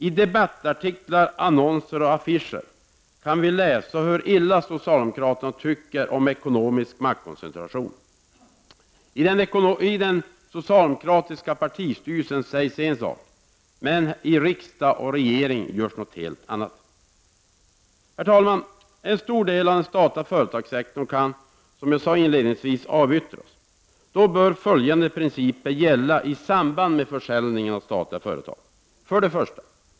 I debattartiklar, annonser och affischer har vi kunnat läsa hur illa socialdemokraterna tycker om ekonomisk maktkoncentration. I den socialdemokratiska partistyrelsen sägs en sak, men i regeringen och riksdagen görs något helt annat. Herr talman! En stor del av den statliga företagssektorn kan, som jag sade inledningsvis, avyttras. Följande principer bör gälla i samband med försäljning av statliga företag: 1.